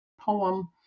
poem